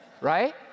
right